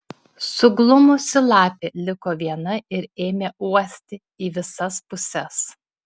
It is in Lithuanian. suglumusi lapė liko viena ir ėmė uosti į visas puses